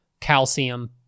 calcium